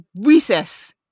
Recess